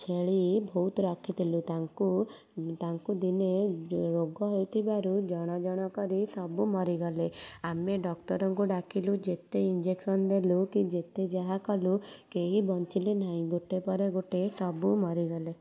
ଛେଳି ବହୁତ ରଖିଥିଲୁ ତାଙ୍କୁ ତାଙ୍କୁ ଦିନେ ରୋଗ ହେଇଥିବାରୁ ଜଣ ଜଣ କରି ସବୁ ମରିଗଲେ ଆମେ ଡାକ୍ତରଙ୍କୁ ଡାକିଲୁ ଯେତେ ଇଞ୍ଜେକ୍ସନ ଦେଲୁ କି ଯେତେ ଯାହା କଲୁ କେହି ବଞ୍ଚିଲେ ନାହିଁ ଗୋଟେ ପରେ ଗୋଟେ ସବୁ ମରିଗଲେ